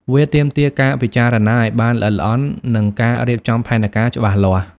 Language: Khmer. វាទាមទារការពិចារណាឲ្យបានល្អិតល្អន់ និងការរៀបចំផែនការច្បាស់លាស់។